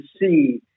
see